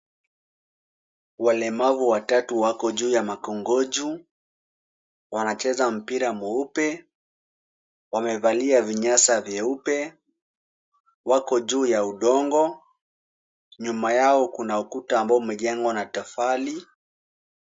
Walemavu watatu wako juu ya makongojo wanacheza mpira mweupe, wamevalia vinyasa vyeupe wako juu ya udongo. Nyuma yao kuna ukuta ambao umejengwa na tofali.